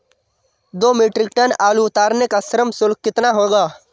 दो metric tonne आलू उतारने का श्रम शुल्क कितना होगा?